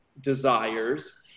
desires